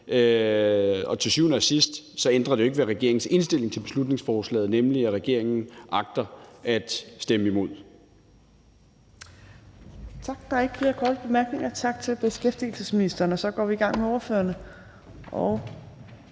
Og til syvende og sidst ændrer det ikke ved regeringens indstilling til beslutningsforslaget, nemlig at regeringen agter at stemme imod.